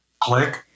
click